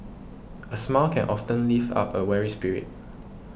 a smile can often lift up a weary spirit